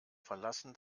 verlassen